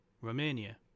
Romania